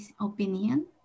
opinion